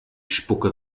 spucke